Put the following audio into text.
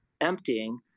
emptying